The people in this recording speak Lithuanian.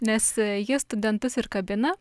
nes jie studentus ir kabina